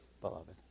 beloved